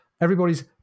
everybody's